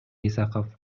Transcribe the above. исаков